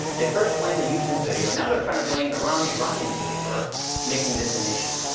they first blamed the youtube video now they're trying to blame the romney-ryan ticket for making this an issue.